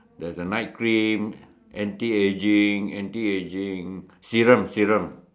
there's a night cream anti ageing anti ageing serum serum